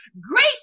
great